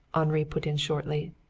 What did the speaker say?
henri put in shortly.